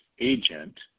agent